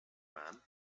man